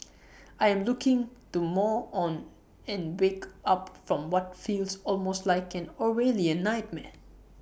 I am looking to more on and wake up from what feels almost like an Orwellian nightmare